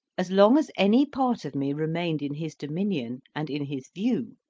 as long as any part of me remained in his dominion and in his view,